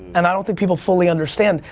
and i don't think people fully understand.